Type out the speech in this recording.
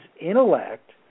intellect